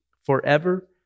forever